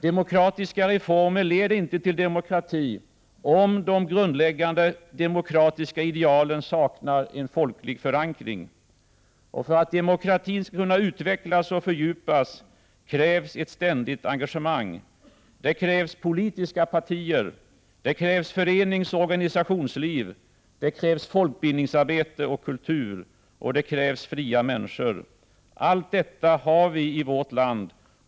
Demokratiska reformer leder inte till demokrati om de grundläggande demokratiska idealen saknar en folklig förankring. För att demokratin skall kunna utvecklas och fördjupas krävs ett ständigt engagemang. Det krävs politiska partier, det krävs föreningsoch organisationsliv, det krävs folkbildningsarbete och kultur. Och det krävs fria människor. Allt detta har vi i vårt land.